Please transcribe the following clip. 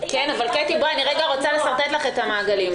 אני רוצה לשרטט את המעגלים.